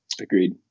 Agreed